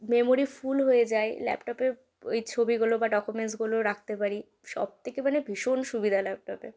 memory full হয়ে যায় ল্যাপটপে এই ছবিগুলো বা ডকমেন্সগুলো রাখতে পারি সবথেকে মানে ভীষণ সুবিধা ল্যাপটপে